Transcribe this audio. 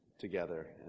together